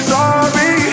Sorry